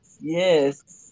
yes